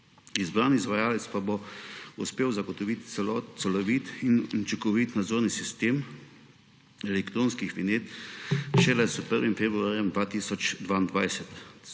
Izbrani izvajalec pa bo uspel zagotoviti celovit in učinkovit nadzorni sistem elektronskih vinjet šele s 1. februarjem 2022.